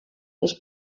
els